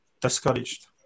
discouraged